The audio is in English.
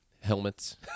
helmets